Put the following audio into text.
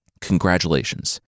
Congratulations